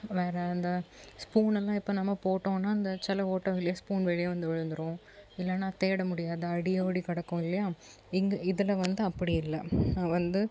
வேற அந்த ஸ்பூன் எல்லாம் இப்போ நம்ம போட்டோம்னால் இந்த சில ஓட்டை வழியா ஸ்பூன் வெளியே வந்து விழுந்துரும் இல்லைனா தேட முடியாது அடியோட கிடக்கும் இல்லையா இங்கே இதில் வந்து அப்படி இல்லை வந்து